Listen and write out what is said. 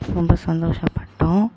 ரொம்ப சந்தோஷப்பட்டோம்